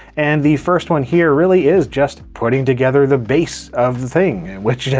and the first one here, really is just putting together the base of the thing. which, yeah